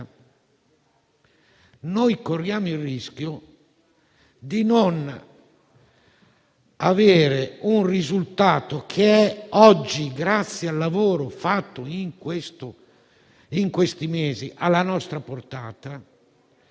corriamo il rischio di non avere un risultato che oggi, grazie al lavoro fatto in questi mesi, è alla nostra portata,